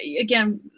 again